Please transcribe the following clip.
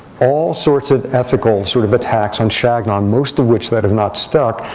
all sorts of ethical sort of attacks on chagnon, most of which that have not stuck,